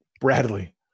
Bradley